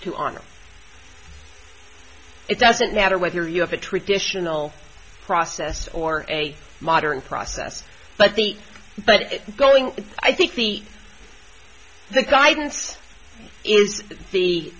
to honor for it doesn't matter whether you have a traditional process or a modern process but the but going i think the the guidance is the